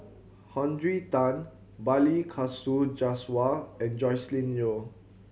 Henry Tan Balli Kaur Jaswal and Joscelin Yeo